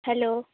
hello